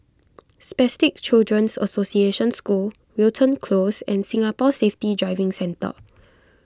Spastic Children's Association School Wilton Close and Singapore Safety Driving Centre